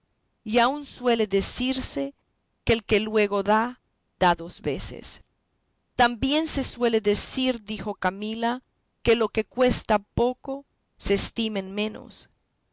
y aun suele decirse que el que luego da da dos veces también se suele decir dijo camila que lo que cuesta poco se estima en menos